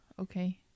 Okay